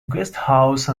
guesthouse